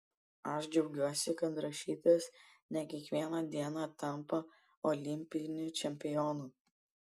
aš džiaugiuosi kad rašytojas ne kiekvieną dieną tampa olimpiniu čempionu